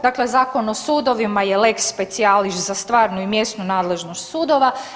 Dakle, Zakon o sudovima je lex specialis za stvarnu i mjesnu nadležnost sudova.